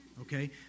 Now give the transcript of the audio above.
okay